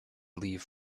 leave